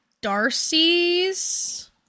Darcy's